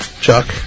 Chuck